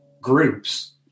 groups